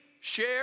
share